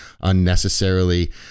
unnecessarily